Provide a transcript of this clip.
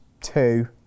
two